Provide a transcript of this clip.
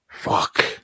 Fuck